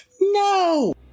No